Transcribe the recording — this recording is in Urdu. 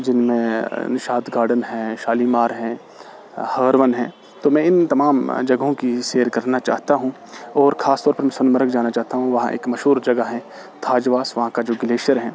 جن میں نشاط گارڈن ہیں شالیمار ہیں ہرون ہیں تو میں ان تمام جگہوں کی سیر کرنا چاہتا ہوں اور خاص طور پر سنمرگ جانا چاہتا ہوں وہاں ایک مشہور جگہ ہے تھاجواس وہاں کا جو گلیشیئر ہیں